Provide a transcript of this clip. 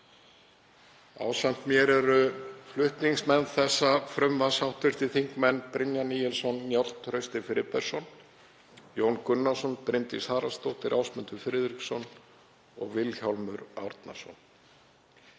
Ásamt mér eru flutningsmenn þessa frumvarps hv. þingmenn Brynjar Níelsson, Njáll Trausti Friðbertsson, Jón Gunnarsson, Bryndís Haraldsdóttir, Ásmundur Friðriksson og Vilhjálmur Árnason.